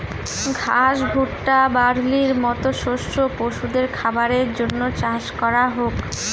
ঘাস, ভুট্টা, বার্লির মতো শস্য পশুদের খাবারের জন্য চাষ করা হোক